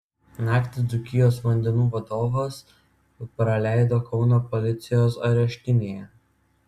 naktį dzūkijos vandenų vadovas praleido kauno policijos areštinėje